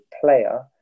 player